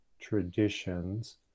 traditions